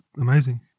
amazing